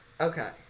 okay